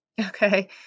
Okay